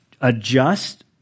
adjust